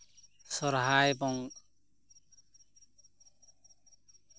ᱥᱚᱨᱦᱟᱭ ᱵᱚᱸᱜᱟ